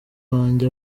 wanjye